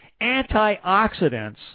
Antioxidants